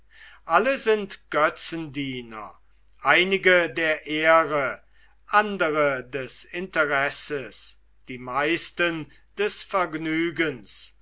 alle sind götzendiener einige der ehre andre des interesses die meisten des vergnügens